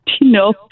No